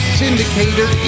syndicator